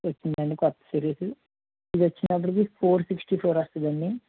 వచ్చిందండి కొత్త సిరీసు ఇది వచ్చినప్పటికి ఫోర్ సిక్స్టీ ఫోర్ వస్తుందండి